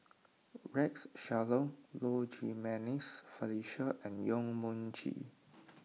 Rex Shelley Low Jimenez Felicia and Yong Mun Chee